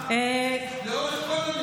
סליחה, לאורך כל הנאום.